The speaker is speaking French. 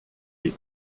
est